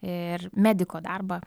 ir mediko darbą